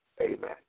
amen